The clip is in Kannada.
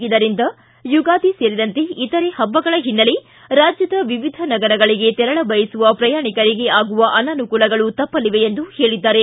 ಇದರಿಂದ ಯುಗಾದಿ ಸೇರಿದಂತೆ ಇತರೆ ಹಬ್ಬಗಳ ಹಿನ್ನೆಲೆ ರಾಜ್ಯದ ವಿವಿಧ ನಗರಗಳಿಗೆ ತೆರಳಬಯಸುವ ಪ್ರಯಾಣಿಕರಿಗೆ ಆಗುವ ಅನಾನುಕೂಲಗಳು ತಪ್ಪಲಿವೆ ಎಂದು ತಿಳಿಸಿದ್ದಾರೆ